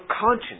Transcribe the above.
conscience